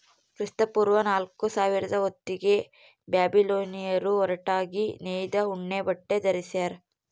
ಕ್ರಿಸ್ತಪೂರ್ವ ನಾಲ್ಕುಸಾವಿರ ಹೊತ್ತಿಗೆ ಬ್ಯಾಬಿಲೋನಿಯನ್ನರು ಹೊರಟಾಗಿ ನೇಯ್ದ ಉಣ್ಣೆಬಟ್ಟೆ ಧರಿಸ್ಯಾರ